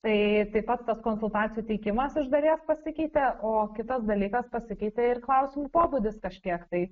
tai taip pat tas konsultacijų teikimas iš dalies pasikeitė o kitas dalykas pasikeitė ir klausimų pobūdis kažkiek tai